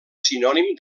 sinònim